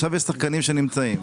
עכשיו יש שחקנים שנמצאים,